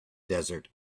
desert